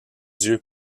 dieu